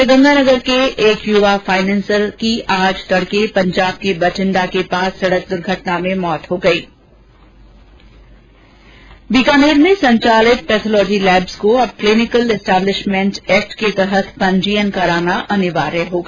श्रीगंगानगर के एक युवा फाइनेंसर की आज तड़के पंजाब के बठिन्डा के पास सड़क दुर्घटना में मौत हो गई थ बीकानेर में संचालित पैथोलोजी लेब्स को अब क्लिनीकल एस्टेब्लिशमेंट एक्ट के तहत पंजीयन कराना होगा